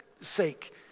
sake